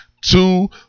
two